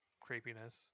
creepiness